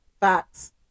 facts